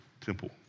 temple